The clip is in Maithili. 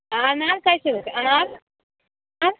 अनार कैसे है अनार